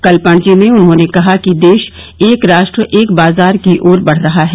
कल पणजी में उन्होंने कहा कि देश एक राष्ट्र एक बाजार की ओर बढ़ रहा है